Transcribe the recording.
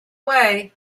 way